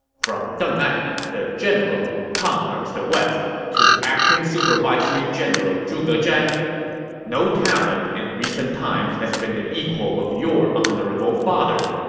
from deng ai, the general who conquers the west, to acting supervisory general zhuge zhan no talent in recent times has been the equal of your honorable father.